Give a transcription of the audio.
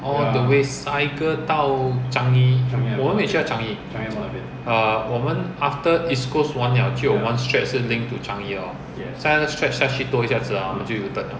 all the way cycle 到 changi 我们每次到 changi err 我们 after east coast 完了就 one stretch 是 linked to changi lor 的在那个 stretch 下去多一下子啊就 U turn liao